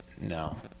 No